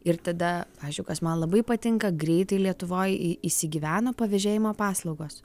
ir tada pavyzdžiui kas man labai patinka greitai lietuvoj į įsigyveno pavėžėjimo paslaugos